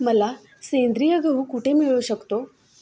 मला सेंद्रिय गहू कुठे मिळू शकतो